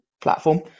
platform